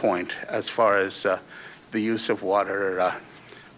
point as far as the use of water